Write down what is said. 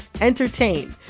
entertain